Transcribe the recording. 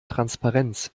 transparenz